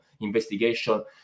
investigation